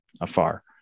afar